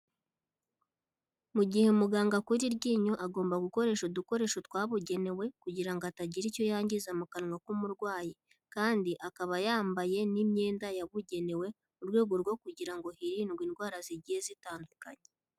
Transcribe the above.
Mu gihe muganga akura iryinyo agomba gukoresha udukoresho twabugenewe kugira ngo atagira icyo yangiza mu kanwa k'umurwayi. Kandi akaba yambaye n'imyenda yabugenewe mu rwego rwo kugira ngo hirindwe indwara zigiye zitandukanye.